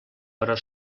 però